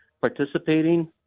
participating